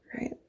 Right